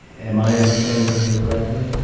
am i understanding you correctly?